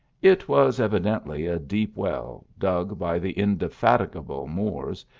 it was evidently a deep well, dug by the indefatigable moors,